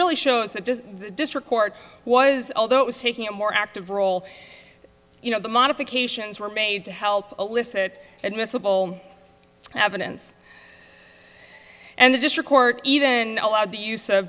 really shows that this district court was although it was taking a more active role you know the modifications were made to help illicit admissible evidence and the district court even allowed the use